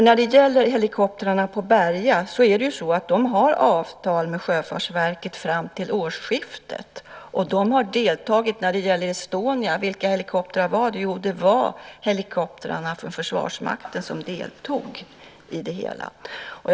När det gäller helikoptrarna på Berga har de avtal med Sjöfartsverket fram till årsskiftet. De deltog i räddningen när Estonia förliste. Vilka helikoptrar var det? Jo, det var helikoptrarna från Försvarsmakten som deltog i den räddningen.